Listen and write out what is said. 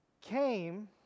came